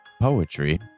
Poetry